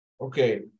Okay